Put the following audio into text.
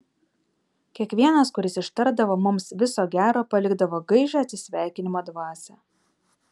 kiekvienas kuris ištardavo mums viso gero palikdavo gaižią atsisveikinimo dvasią